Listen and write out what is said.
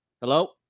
Hello